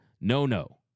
no-no